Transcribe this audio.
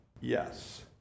Yes